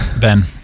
Ben